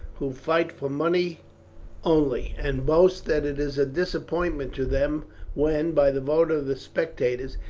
who fight for money only, and boast that it is a disappointment to them when, by the vote of the spectators,